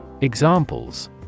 Examples